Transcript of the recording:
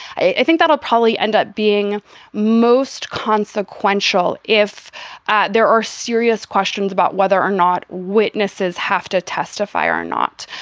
i think that will probably end up being most consequential if there are serious questions about whether or not witnesses have to testify or not.